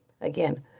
Again